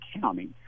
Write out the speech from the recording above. County